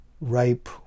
ripe